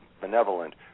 benevolent